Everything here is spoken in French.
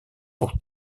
pour